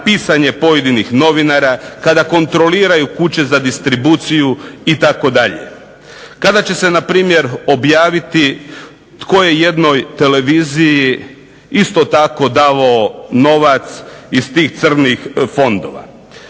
na pisanje pojedinih novinara, kada kontroliraju kuće za distribuciju, itd. kada će se npr. objaviti tko je jednoj televiziji isto tako davao novac iz tih crnih fondova.